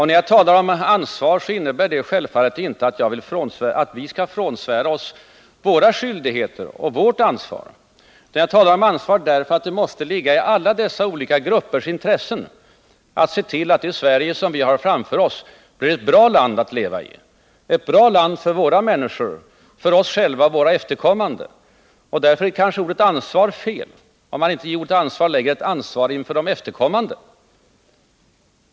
När jag talar om ansvar, innebär det självfallet inte att regeringen skall avsvära sig sina skyldigheter, utan jag talar om ansvar därför att det måste ligga i alla dessa olika gruppers intresse att se till att det Sverige som vi har framför oss blir ett bra land att leva i, ett bra land för oss själva och våra efterkommande — det vore fel att inte i ordet ansvar lägga in också ansvar för dem som kommer efter oss.